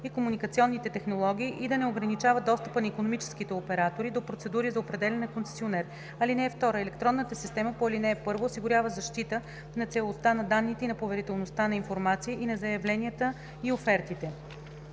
и комуникационните технологии и да не ограничава достъпа на икономическите оператори до процедурата за определяне на концесионер. (2) Електронната система по ал. 1 осигурява защита на целостта на данните и на поверителността на информацията и на заявленията и офертите.